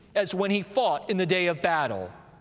as when he fought in the day of battle.